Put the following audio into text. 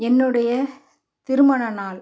என்னுடைய திருமணநாள்